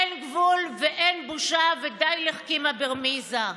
אין גבול ואין בושה ודי לחכימא ברמיזא.